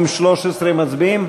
של קבוצת סיעת יש עתיד,